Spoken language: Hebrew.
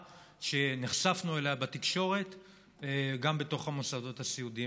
שנחשפנו אליה בתקשורת בתוך המוסדות הסיעודיים.